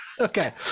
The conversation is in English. okay